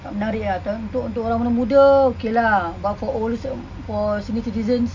tak menarik ah untuk untuk orang muda-muda okay lah but for old for senior citizens